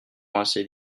ainsi